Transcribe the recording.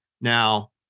Now